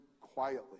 quietly